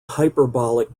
hyperbolic